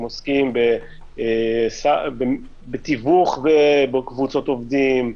הם עוסקים בתיווך קבוצות עובדים,